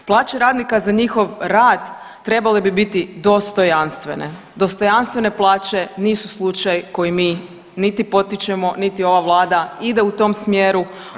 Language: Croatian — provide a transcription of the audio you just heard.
Plaće radnika za njihov rad trebale bi biti dostojanstvene, dostojanstvene plaće nisu slučaj koji mi niti potičemo, niti ova Vlada ide u tom smjeru.